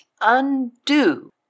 undo